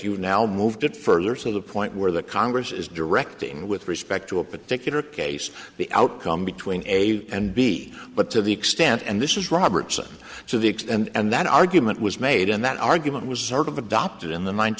have now moved it further to the point where the congress is directing with respect to a particular case the outcome between a and b but to the extent and this is robertson so the extent and that argument was made and that argument was sort of adopted in the ninth